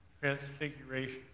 transfiguration